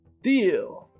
deal